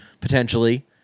potentially